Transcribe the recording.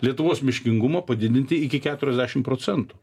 lietuvos miškingumą padidinti iki keturiasdešimt procentų